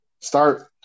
start